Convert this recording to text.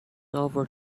over